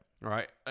Right